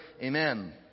Amen